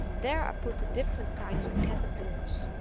there i put the different kinds of caterpillars.